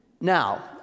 Now